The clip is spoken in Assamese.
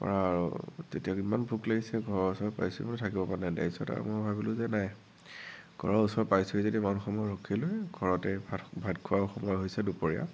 তাৰপৰা তেতিয়া ইমান ভোক লাগিছে ঘৰৰ ওচৰ পাইছোহি মানে থাকিব পৰা নাই তাৰ পিছত আৰু মই ভাৱিলো যে নাই ঘৰৰ ওচৰ পাইছোহি যেতিয়া ইমান সময় ৰখি লৈ ঘৰতে ভাত ভাত খোৱাৰো সময় হৈছে দুপৰীয়া